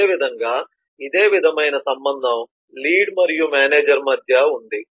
అదేవిధంగా ఇదే విధమైన సంబంధం లీడ్ మరియు మేనేజర్ మధ్య ఉంది